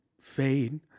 Fade